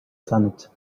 planet